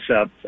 up